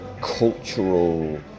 cultural